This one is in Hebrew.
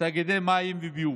תאגידי מים וביוב,